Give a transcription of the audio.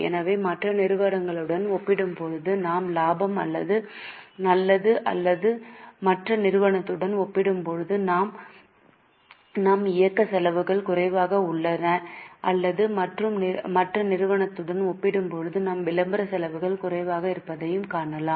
எனவே மற்ற நிறுவனங்களுடன் ஒப்பிடும்போது நம் லாபம் நல்லது அல்லது மற்ற நிறுவனத்துடன் ஒப்பிடும்போது நம் இயக்க செலவுகள் குறைவாக உள்ளன அல்லது மற்ற நிறுவனத்துடன் ஒப்பிடும்போது நம் விளம்பர செலவுகள் குறைவாக இருப்பதைக் காணலாம்